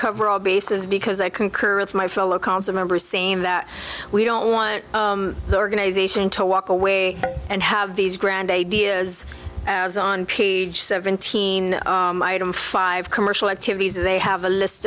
cover all bases because i concur with my fellow council members same that we don't want the organization to walk away and have these grand ideas as on page seventeen five commercial activities that they have a list